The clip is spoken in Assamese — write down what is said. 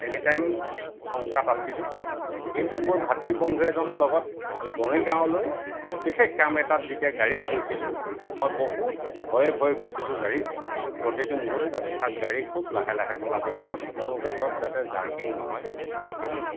এনিটাইম শংকাত আছিলোঁ কিন্তু মোৰ ভাতৃ বন্ধু এজনৰ লগত মৰিগাঁৱলৈ বিশেষ কাম এটাত যেতিয়া গাড়ীত গৈছিলোঁ মই বহুত ভয়ে ভয়ে গৈছিলোঁ গাড়ীত প্ৰতিটো মুহূৰ্তত তাক গাড়ী খুব লাহে লাহে চলাব দিছিলোঁ কোনো গাতত যাতে জাৰ্কিং নহয়